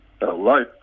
Hello